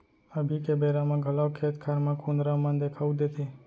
अभी के बेरा म घलौ खेत खार म कुंदरा मन देखाउ देथे